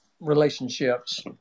relationships